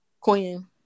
Quinn